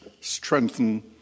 strengthen